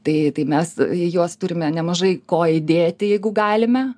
tai tai mes juos turime nemažai ko įdėti jeigu galime